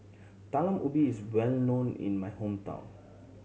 Talam Ubi is well known in my hometown